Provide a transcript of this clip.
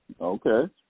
Okay